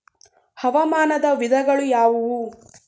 ಹವಾಮಾನದ ವಿಧಗಳು ಯಾವುವು?